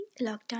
lockdown